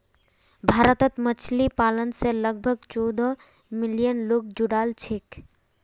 भारतत मछली पालन स लगभग चौदह मिलियन लोग जुड़ाल छेक